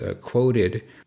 quoted